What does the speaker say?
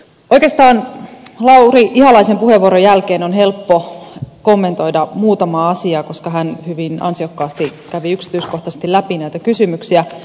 oikeastaan lauri ihalaisen puheenvuoron jälkeen on helppo kommentoida muutamaa asiaa koska hän hyvin ansiokkaasti kävi yksityiskohtaisesti läpi näitä kysymyksiä